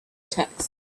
texts